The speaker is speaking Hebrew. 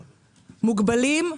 מוגבלים,